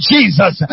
Jesus